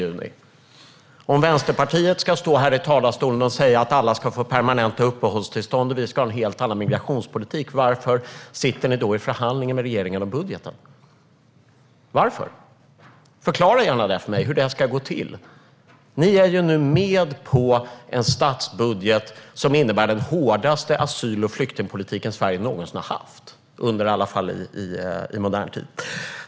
Om ni i Vänsterpartiet ska stå här i talarstolen och säga att alla ska få permanenta uppehållstillstånd och att vi ska ha en helt annan migrationspolitik, varför sitter ni då i förhandlingar med regeringen om budgeten? Förklara gärna för mig hur det ska gå till! Ni är ju med på en statsbudget som innebär den hårdaste asyl och flyktingpolitik Sverige någonsin har haft, i alla fall i modern tid.